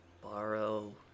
borrow